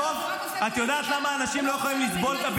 אלא אם כן הוא איבד את עמוד השדרה שלו ורק עושה --- בסוף,